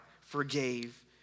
forgave